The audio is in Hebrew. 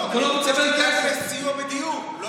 לא, אני רוצה שתיתן לסיוע בדיור.